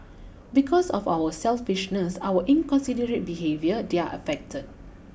because of our selfishness our inconsiderate behaviour they're affected